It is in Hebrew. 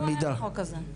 אין חוק כזה.